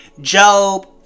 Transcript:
job